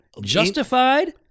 justified